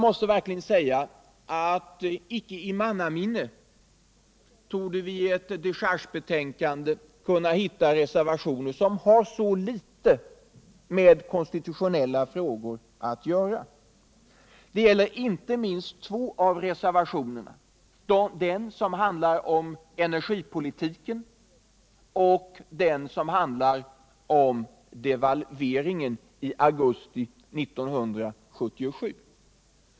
Inte i mannaminne torde det i ett dechargebetänkande ha funnits reservationer av detta slag som har så litet med konstitutionella frågor att göra. Det gäller inte minst två av reservationerna — den som handlar om energipolitiken och den som handlar om devalveringen i augusti 1977.